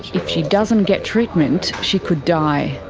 if she doesn't get treatment she could die,